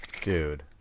Dude